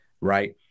right